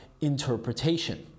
interpretation